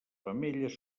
femelles